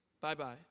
Bye-bye